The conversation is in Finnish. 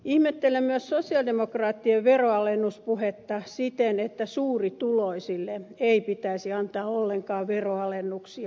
ihmettelen myös sosialidemokraattien veronalennuspuhetta siitä että suurituloisille ei pitäisi antaa ollenkaan veronalennuksia